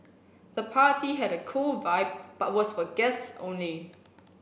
the party had a cool vibe but was for guests only